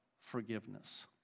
forgiveness